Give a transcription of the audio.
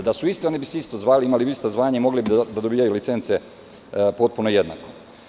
Da su isti, oni bi se isto zvali, imali bi ista zvanja, mogli bi da dobijaju licence potpuno jednako.